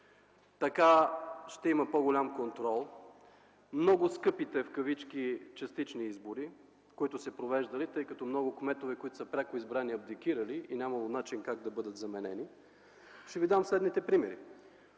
екип, ще има по-голям контрол на много скъпите, в кавички, частични избори, които се провеждали, тъй като много кметове, които са пряко избрани, абдикирали и нямало начин как да бъдат заменени. Ще ви дам следните примери.